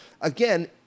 again